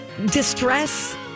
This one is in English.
distress